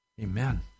Amen